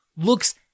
looks